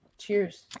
Cheers